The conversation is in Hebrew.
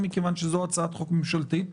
מכיוון שזאת הצעת חוק ממשלתית.